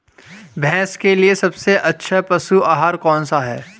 भैंस के लिए सबसे अच्छा पशु आहार कौनसा है?